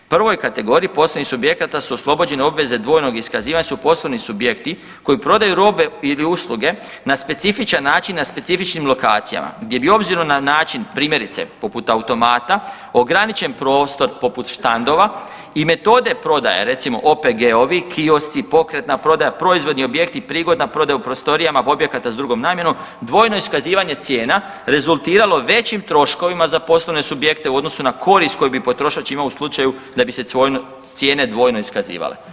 Prvoj kategoriji poslovnih subjekata su oslobođeni obvezi dvojnog iskazivanja su poslovni subjekti koji prodaju robe ili usluge na specifičan način na specifičnim lokacijama, gdje bi, obzirom na način, primjerice, poput automata, ograničen prostor poput štandova i metode prodaja, recimo, OPG-ovi, kiosci, pokretna prodaja, proizvodni projekti, prigodna prodaja u prostorijama objekata s drugom namjenom, dvojno iskazivanje cijena rezultiralo većim troškovima za poslovne subjekte u odnosu na korist koju bi potrošač imao u slučaju da bi se cijene dvojno iskazivale.